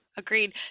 agreed